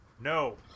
No